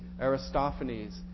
Aristophanes